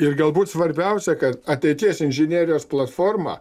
ir galbūt svarbiausia kad ateities inžinerijos platforma